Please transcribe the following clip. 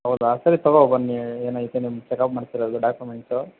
ಹೌದ ಸರಿ ತಗೋ ಬನ್ನಿ ಏನು ಐತೆ ನಿಮ್ಮ ಚೆಕಪ್ ಮಾಡಿಸಿರೋದು ಡಾಕ್ಯುಮೆಂಟ್ಸು